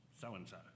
So-and-so